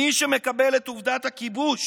מי שמקבל את עובדת הכיבוש,